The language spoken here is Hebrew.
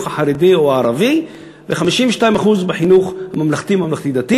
החרדי או הערבי ו-52% בחינוך הממלכתי והממלכתי-דתי.